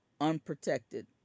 unprotected